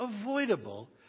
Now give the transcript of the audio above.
avoidable